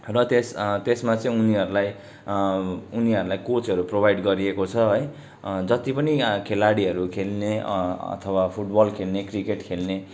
र त्यस त्यसमा चाहिँ उनीहरूलाई उनीहरूलाई कोचहरू प्रोभाइड गरिएको छ है जति पनि खेलाडीहरू खेल्ने अथवा फुटबल खेल्ने क्रिकेट खेल्ने